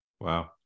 Wow